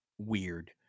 weird